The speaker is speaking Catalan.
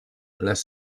les